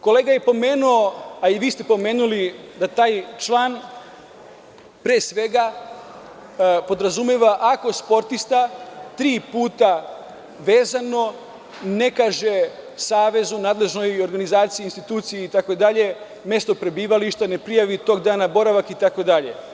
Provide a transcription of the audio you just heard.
Kolega je pomenuo, a i vi ste pomenuli da taj član pre svega podrazumeva - ako sportista tri puta vezano ne kaže Savezu, nadležnoj organizaciji, instituciji, itd, mesto prebivališta, ne prijavi tog dana boravak i tako dalje.